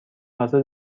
حاضر